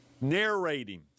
narrating